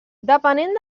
depenent